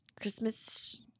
Christmas